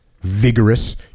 vigorous